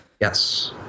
Yes